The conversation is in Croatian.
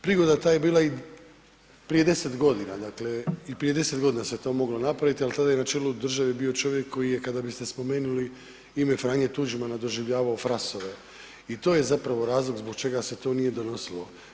Prigoda ta je bila i prije 10 g., dakle i prije 10 g. se to moglo napraviti ali tada je na čelu države bio čovjek koji je kada bi ste spomenuli ime Franje Tuđmana, doživljavao frasove i to je zapravo razlog zbog čega se to nije donosilo.